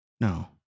No